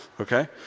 Okay